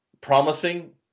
promising